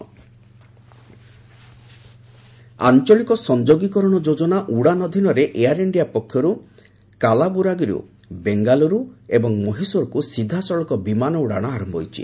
air India ଆଞ୍ଚଳିକ ସଂଯୋଗୀକରଣ ଯୋଜନା ଉଡ଼ାନ ଅଧୀନରେ ଏୟାର୍ ଇଣ୍ଡିଆ ପକ୍ଷରୁ କାଲାବୁରାଗିରୁ ବେଙ୍ଗାଲୁରୁ ଏବଂ ମହିଶୁରକୁ ସିଧାସଳଖ ବିମାନ ଉଡ଼ାଣ ଆରମ୍ଭ ହୋଇଛି